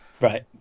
Right